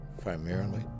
primarily